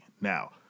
now